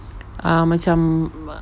err macam